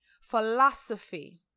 philosophy